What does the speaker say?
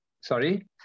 Sorry